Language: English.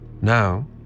Now